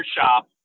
shop